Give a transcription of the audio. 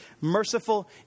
merciful